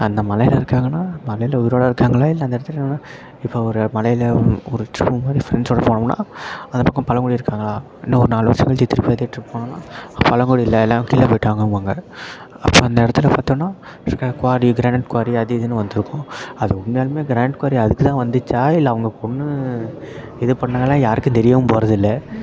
அந்த மலையில் இருக்காங்கனால் மலையில் உயிரோடு இருக்காங்களா இல்லை அந்த இடத்துல எவனாது இப்போ ஒரு மலையில் ஒரு ஒரு டூர் மாதிரி ஃப்ரெண்ஸோடு போனோம்னால் அந்த பக்கம் பழங்குடி இருக்காங்களா இன்னும் ஒரு நாலு வருஷம் கழிச்சி திருப்ப அதே டிரிப் போனோன்னால் பழங்குடி இல்லை எல்லாம் கீழே போய்விட்டாங்கங்குவாங்க அப்புறம் அந்த இடத்துல பார்த்தோனா குவாரி க்ரானைட் குவாரி அது இதுன்னு வந்திருக்கும் அது உண்மையாலுமே க்ரானைட் குவாரி அதுக்கு தான் வந்துச்சா இல்லை அவங்க கொன்று இது பண்ணிணங்களா யாருக்கும் தெரியவும் போகிறது இல்லை